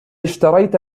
اشتريت